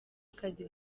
akazi